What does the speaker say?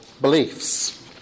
beliefs